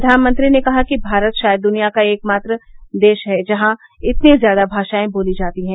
प्रधानमंत्री ने कहा कि भारत शायद दुनिया का एकमात्र देश है जहां इतनी ज्यादा भाषाएं बोली जाती हैं